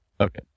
Okay